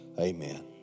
amen